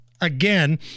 again